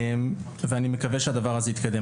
ואני מקווה שהדבר הזה יתקדם.